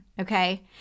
okay